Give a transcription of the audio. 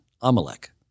Amalek